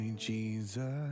jesus